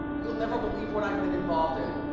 you'll never believe what i've been involved in.